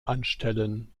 anstellen